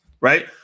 right